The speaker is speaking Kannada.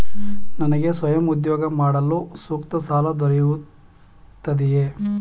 ನನಗೆ ಸ್ವಯಂ ಉದ್ಯೋಗ ಮಾಡಲು ಸೂಕ್ತ ಸಾಲ ದೊರೆಯುತ್ತದೆಯೇ?